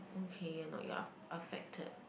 okay you are not you are are affected